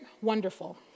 wonderful